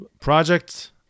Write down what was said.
project